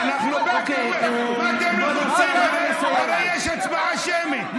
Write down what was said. מה אתם לחוצים, הרי יש הצבעה שמית?